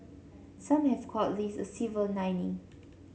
some have called this a silver lining